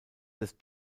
des